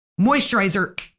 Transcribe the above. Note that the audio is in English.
moisturizer